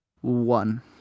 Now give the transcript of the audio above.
one